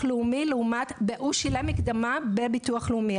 הוא שילם מקדמה בביטוח לאומי.